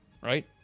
right